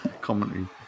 commentary